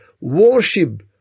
worship